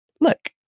look